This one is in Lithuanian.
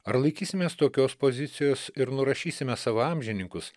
ar laikysimės tokios pozicijos ir nurašysime savo amžininkus